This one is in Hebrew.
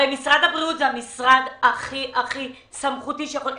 הרי משרד הבריאות הוא המשרד הכי הכי סמכותי שיכול להיות.